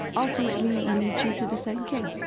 ultimately leads you to the same king.